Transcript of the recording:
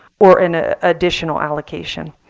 or an ah additional allocation.